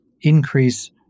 increase